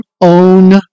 own